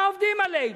מה עובדים עלינו,